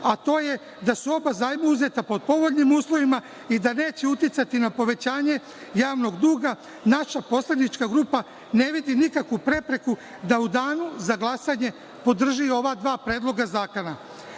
a to je da su oba zajma uzeta pod povoljnim uslovima i da neće uticati na povećanje javnog duga. Naša poslanička grupa ne vidi nikakvu prepreku da u danu za glasanje podrži ova dva predloga zakona. Po